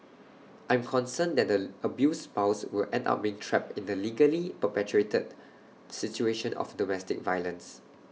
I'm concerned that the abused spouse will end up being trapped in the legally perpetuated situation of domestic violence